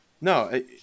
no